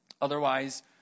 Otherwise